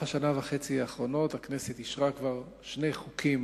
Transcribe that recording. בשנה וחצי האחרונה אישרה הכנסת שני חוקים